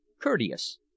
Courteous